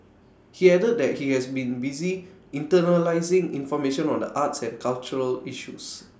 he added that he has been busy internalising information on the arts and cultural issues